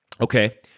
Okay